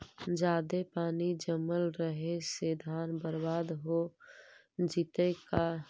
जादे पानी जमल रहे से धान बर्बाद हो जितै का?